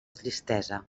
tristesa